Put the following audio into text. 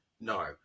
No